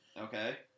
Okay